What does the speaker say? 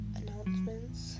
announcements